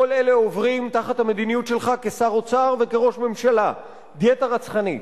כל אלה עוברים תחת המדיניות שלך כשר אוצר וכראש ממשלה דיאטה רצחנית.